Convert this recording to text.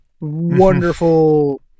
wonderful